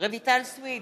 רויטל סויד,